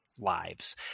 lives